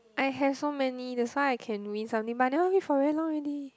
I have so many that's why I can win something but I never win for very long already